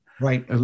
Right